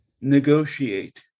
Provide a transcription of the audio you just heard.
negotiate